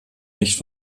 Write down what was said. nicht